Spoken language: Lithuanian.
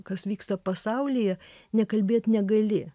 kas vyksta pasaulyje nekalbėt negali